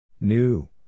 New